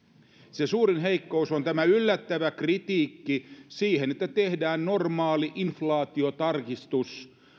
se suurin heikkous on tämä yllättävä kritiikki siihen että tehdään normaali inflaatiotarkistus